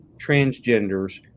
transgenders